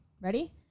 ready